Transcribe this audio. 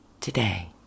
today